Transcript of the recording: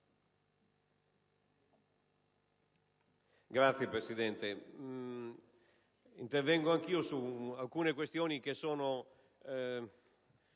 Signora Presidente, intervengo anch'io su alcune questioni che sono